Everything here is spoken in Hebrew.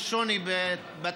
יש שוני בתוכן,